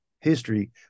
history